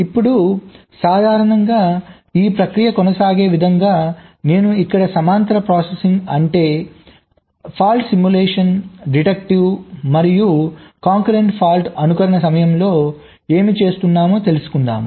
ఇప్పుడు సాధారణంగా ఈ ప్రక్రియ కొనసాగే విధంగా నేను ఇక్కడ సమాంతర ప్రాసెసింగ్ అంటే తప్పు సిమ్యులేషన్ తీసివేత మరియు ఏకకాలిక తప్పు అనుకరణ సమయంలో ఏమి చేస్తున్నామొ తెలుసుకుందాం